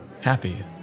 happy